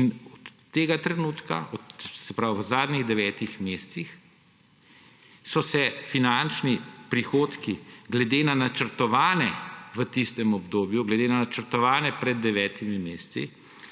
in od tega trenutka, se pravi v zadnjih devetih mesecih, so se finančni prihodki glede na načrtovane v tistem obdobju, glede na načrtovane pred devetimi